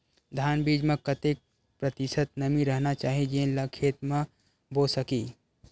धान बीज म कतेक प्रतिशत नमी रहना चाही जेन ला खेत म बो सके?